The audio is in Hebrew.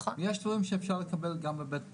יש דברים שאפשר לקבל גם בבית מרקחת,